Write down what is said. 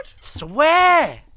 Swear